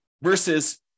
versus